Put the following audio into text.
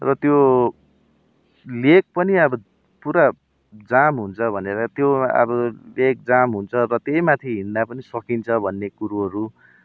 र त्यो लेक पनि अब पुरा जाम हुन्छ भनेर त्यो अब लेक जाम हुन्छ त्यहीमाथि हिँड्दा पनि सकिन्छ भन्ने कुरोहरू